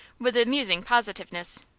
with amusing positiveness.